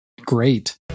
great